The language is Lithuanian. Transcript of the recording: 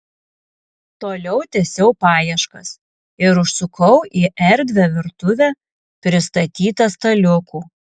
toliau tęsiau paieškas ir užsukau į erdvią virtuvę pristatytą staliukų